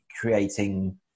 creating